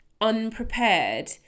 unprepared